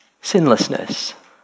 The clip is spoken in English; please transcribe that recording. sinlessness